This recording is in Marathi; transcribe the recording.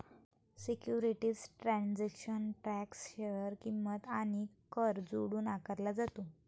सिक्युरिटीज ट्रान्झॅक्शन टॅक्स शेअर किंमत आणि कर जोडून आकारला जातो